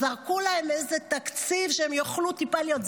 אז זרקו להם איזה תקציב שהם יוכלו טיפה להיות,